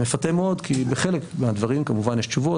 מפתה מאוד כי בחלק מהדברים כמובן יש תשובות